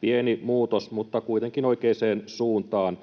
pieni muutos mutta kuitenkin oikeaan suuntaan.